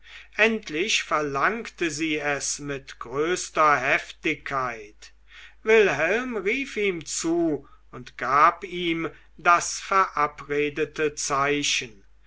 endlich verlangte sie es mit größter heftigkeit wilhelm rief ihm zu und gab ihm das verabredete zeichen